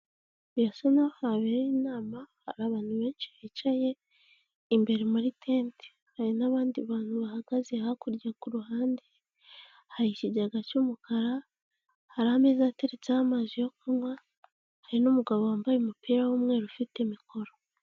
Birasa naho habereye inama, hari abantu benshi bicaye imbere muri tente, hari n'abandi bantu bahagaze hakurya ku ruhande, hari ikigega cy'umukara, hari ameza ateretseho amazi yo kunywa, hari n'umugabo wambaye umupira w'umweru ufite mikoro.